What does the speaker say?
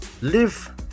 Live